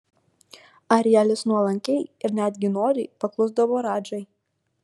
arielis nuolankiai ir netgi noriai paklusdavo radžai